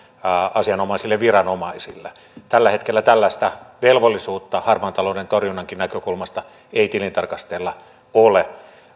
asianomaisille viranomaisille tällä hetkellä tällaista velvollisuutta harmaan talouden torjunnan näkökulmasta ei tilintarkastajilla ole